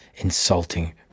insulting